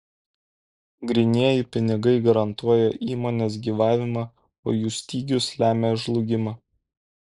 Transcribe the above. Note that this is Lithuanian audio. grynieji pinigai garantuoja įmonės gyvavimą o jų stygius lemia žlugimą